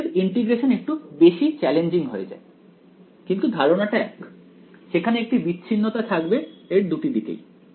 অতএব ইন্টিগ্রেশন একটু বেশি চ্যালেঞ্জিং হয়ে যায় কিন্তু ধারণাটা এক সেখানে একটি বিচ্ছিন্নতা থাকবে এর দুটি দিকেই